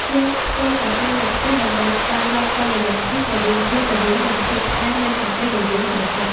យើងធ្វើកាហ្វេនៅផ្ទះដើម្បីស្វែងរកតុល្យភាពរវាងភាពល្វីង និងភាពផ្អែមនៃកាហ្វេដែលយើងចូលចិត្ត។